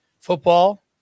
football